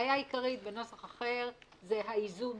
והבעיה העיקרית בנוסח אחר זה האיזון